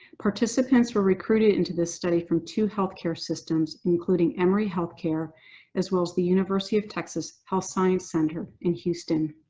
participants were recruited into this study from two healthcare systems, including emory healthcare as well as the university of texas health science center in houston.